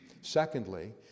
Secondly